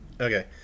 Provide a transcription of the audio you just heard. Okay